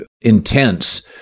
intense